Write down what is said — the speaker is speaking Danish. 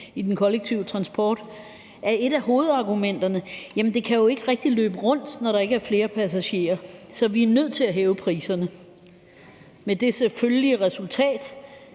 i den kollektive transport er et af hovedargumenterne: Jamen det kan jo ikke rigtig løbe rundt, når der ikke er flere passagerer, så vi er nødt til at hæve priserne. Det er så med det selvfølgelige resultat,